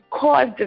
cause